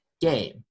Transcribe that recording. game